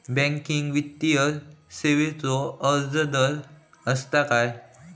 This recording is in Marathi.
बँकिंग वित्तीय सेवाचो व्याजदर असता काय?